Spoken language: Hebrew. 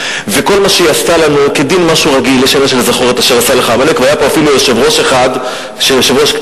הסיפור של חבר הכנסת זחאלקה, שאני רואה בו אויב